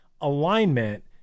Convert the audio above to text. alignment